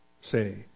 Say